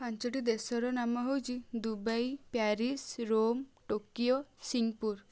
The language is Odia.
ପାଞ୍ଚଟି ଦେଶର ନାମ ହେଉଛି Dubai Paris Rome Tokyo Singhpur